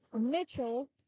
Mitchell